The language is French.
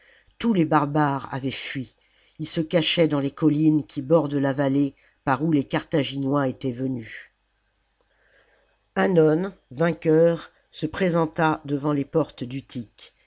tous les barbares avaient fui ils se cachaient dans les collines qui bordent la vallée par où les carthaginois étaient venus hannon vainqueur se présenta devant les portes d'utique